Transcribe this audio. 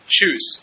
Shoes